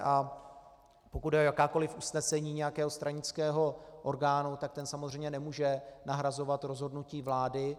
A pokud jde o jakákoli usnesení nějakého stranického orgánu, tak ten samozřejmě nemůže nahrazovat rozhodnutí vlády.